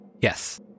Yes